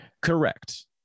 Correct